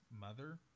mother